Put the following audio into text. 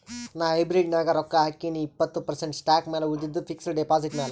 ನಾ ಹೈಬ್ರಿಡ್ ನಾಗ್ ರೊಕ್ಕಾ ಹಾಕಿನೀ ಇಪ್ಪತ್ತ್ ಪರ್ಸೆಂಟ್ ಸ್ಟಾಕ್ ಮ್ಯಾಲ ಉಳಿದಿದ್ದು ಫಿಕ್ಸಡ್ ಡೆಪಾಸಿಟ್ ಮ್ಯಾಲ